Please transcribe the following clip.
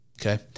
okay